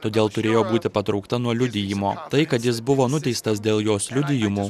todėl turėjo būti patraukta nuo liudijimo tai kad jis buvo nuteistas dėl jos liudijimų